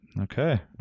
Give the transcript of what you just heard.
Okay